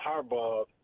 Harbaugh